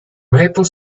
maple